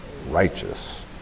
Righteous